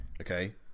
Okay